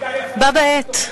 בה בעת,